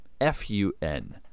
F-U-N